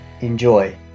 Enjoy